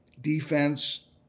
defense